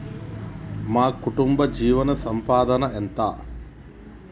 మా కుటుంబ జీవన సంపాదన ఎంత?